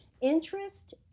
interest